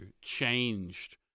changed